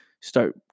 start